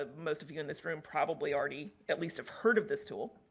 ah most of you in this room probably already, at least, have heard of this tool.